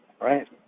right